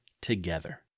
together